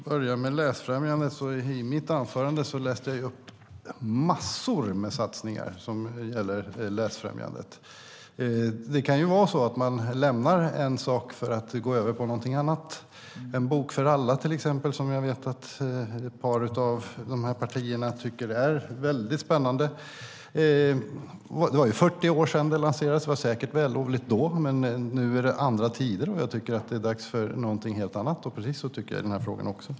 Herr talman! I mitt anförande läste jag upp massor med satsningar som gäller läsfrämjande. Det kan ju vara så att man lämnar en sak för att gå över till något annat. Jag vet att ett par partier tycker att En bok för alla är väldigt spännande. Det var 40 år sedan det lanserades, och det var säkert vällovligt då. Nu är det dock andra tider, och jag tycker att det är dags för något annat. Precis så tycker jag i denna fråga också.